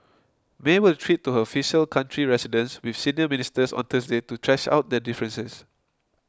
May will retreat to her official country residence with senior ministers on Thursday to thrash out their differences